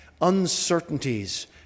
uncertainties